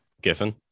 giffen